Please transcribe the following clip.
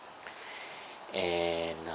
and